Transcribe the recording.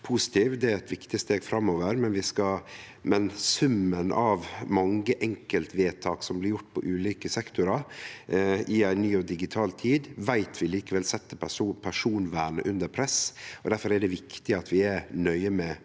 positiv, det er eit viktig steg framover, men summen av mange enkeltvedtak som blir gjorde i ulike sektorar i ei ny og digital tid, veit vi likevel set personvernet under press. Difor er det viktig at vi er nøye med måten